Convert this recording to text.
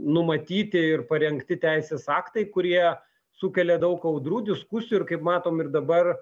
numatyti ir parengti teisės aktai kurie sukelia daug audrų diskusijų ir kaip matom ir dabar